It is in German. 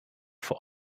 for